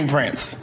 Prince